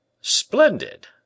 Splendid